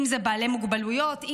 בעלי מוגבלויות,